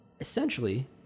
Essentially